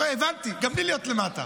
אתה רואה, הבנתי, גם בלי להיות למטה.